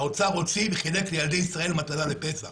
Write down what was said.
האוצר הוציא וחילק לילדי ישראל מתנה לפסח.